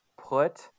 put